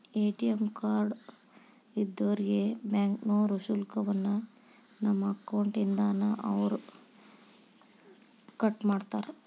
ATM card ಇದ್ದೋರ್ಗೆ ಬ್ಯಾಂಕ್ನೋರು ಶುಲ್ಕವನ್ನ ನಮ್ಮ ಅಕೌಂಟ್ ಇಂದಾನ ಅವ್ರ ಕಟ್ಮಾಡ್ತಾರ